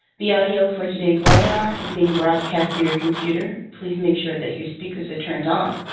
the audio for today's webinar is being broadcast to your computer. please make sure that your speakers are turned on.